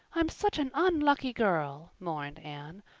i'm such an unlucky girl, mourned anne.